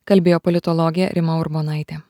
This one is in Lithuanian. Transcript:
kalbėjo politologė rima urbonaitė